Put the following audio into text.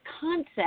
concept